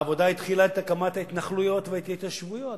העבודה התחילה את הקמת ההתנחלויות ואת ההתיישבויות